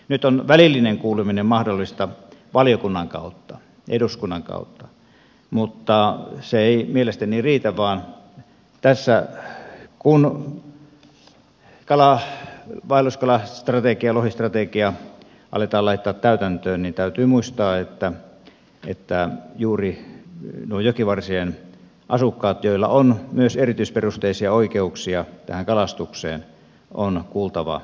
nyt on välillinen kuuleminen mahdollista valiokunnan kautta eduskunnan kautta mutta se ei mielestäni riitä vaan tässä kun vaelluskalastrategiaa lohistrategiaa aletaan laittaa täytäntöön täytyy muistaa että juuri noita jokivarsien asukkaita joilla on myös erityisperusteisia oikeuksia tähän kalastukseen on kuultava paremmin